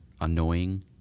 annoying